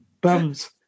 Bums